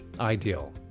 Ideal